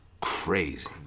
Crazy